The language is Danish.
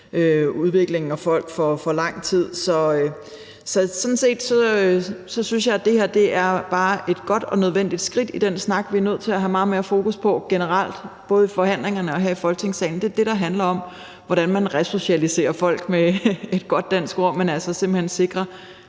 udviklingen, og der går for lang tid for folk. Sådan set synes jeg, at det her bare er et godt og nødvendigt skridt i den snak, vi er nødt til at have meget mere fokus på generelt, både i forhandlingerne og her i Folketingssalen. Det er det, der handler om, hvordan man resocialiserer folk, med et godt dansk ord, men altså simpelt hen sikrer,